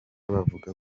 bavuga